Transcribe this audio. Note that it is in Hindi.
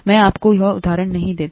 मैं आपको वह उदाहरण नहीं देता